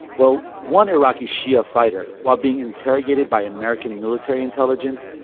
well, one iraqi shia fighter, while being interrogated by american military intelligence,